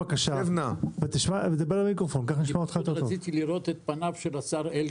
קמתי כי רציתי לראות את פניו של השר אלקין.